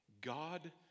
God